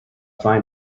find